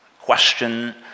question